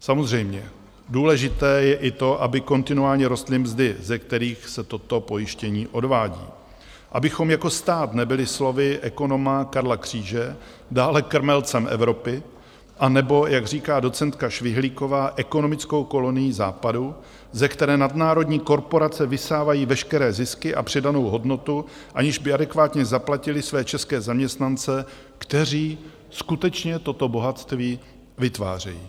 Samozřejmě důležité je i to, aby kontinuálně rostly mzdy, ze kterých se toto pojištění odvádí, abychom jako stát nebyli slovy ekonoma Karla Kříže dále krmelcem Evropy, anebo, jak říká docentka Švihlíková, ekonomickou kolonií Západu, ze které nadnárodní korporace vysávají veškeré zisky a přidanou hodnotu, aniž by adekvátně zaplatily své české zaměstnance, kteří skutečně toto bohatství vytvářejí.